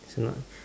is not